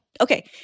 okay